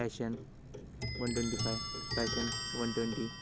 passion one twenty five passion one twenty